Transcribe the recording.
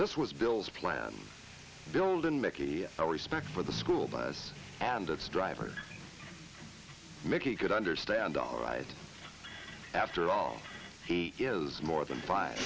this was bill's plan build in mickey our respect for the school bus and its driver mickey could understand all right after all he yells more than five